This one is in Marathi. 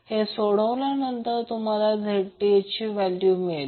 हे सोडवल्यानंतर तुम्हाला Zth ची व्हॅल्यू मिळेल